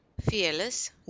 fearless